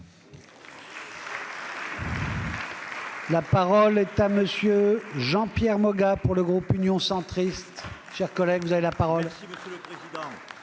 La parole est à M. Jean-Pierre Moga, pour le groupe Union Centriste.